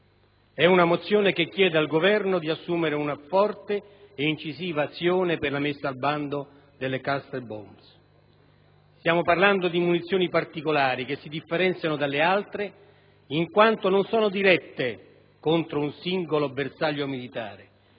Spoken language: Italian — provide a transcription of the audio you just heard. È una mozione che chiede al Governo di assumere una forte e incisiva azione per la messa al bando delle *cluster bomb*. Stiamo parlando di munizioni particolari, che si differenziano dalle altre in quanto non sono dirette contro un singolo bersaglio militare,